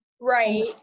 right